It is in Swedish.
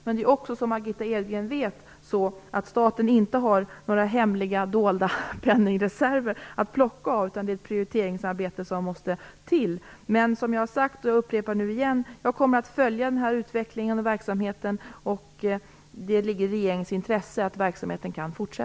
Men, som Margitta Edgren vet, har inte staten några hemliga dolda penningreserver att plocka ur, utan det är ett prioriteringsarbete som måste till. Jag upprepar att jag kommer att följa utvecklingen och verksamheten. Det ligger i regeringens intresse att verksamheten kan fortsätta.